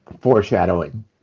foreshadowing